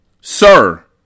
Sir